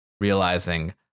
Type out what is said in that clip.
realizing